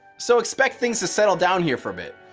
so expect things to settle down here for a bit.